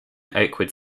oakwood